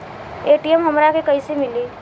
ATM हमरा के कइसे मिली?